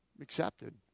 accepted